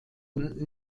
und